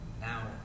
now